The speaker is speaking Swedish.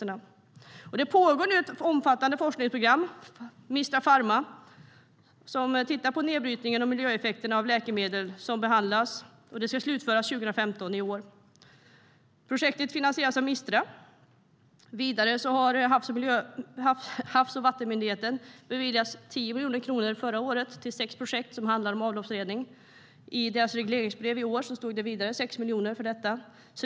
Nu pågår ett omfattande forskningsprogram, Mistra Pharma, som tittar på nedbrytningen och miljöeffekterna av läkemedel. Det ska slutföras i år. Projektet finansieras av Mistra. Vidare beviljades Havs och vattenmyndigheten förra året 10 miljoner kronor till sex projekt som handlar om avloppsrening. I årets regleringsbrev får myndigheten ytterligare 6 miljoner till detta.